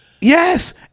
Yes